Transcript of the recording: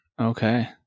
Okay